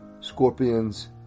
scorpions